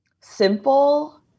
simple